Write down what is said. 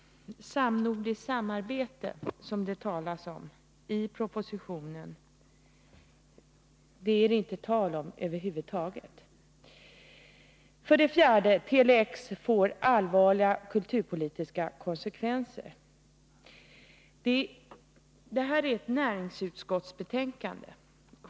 Samnordiskt samarbete, som det skrivs om i propositionen, är det alltså över huvud taget inte tal om. För det fjärde får Tele-X allvarliga kulturpolitiska konsekvenser. Det här är ett betänkande från näringsutskottet.